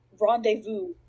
rendezvous